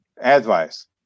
Advice